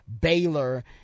Baylor